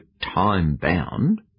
time-bound